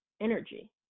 energy